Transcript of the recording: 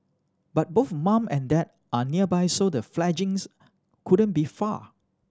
but both mum and dad are nearby so the fledglings couldn't be far